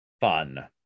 fun